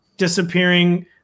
disappearing